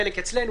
חלק אצלנו,